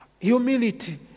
Humility